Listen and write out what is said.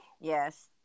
yes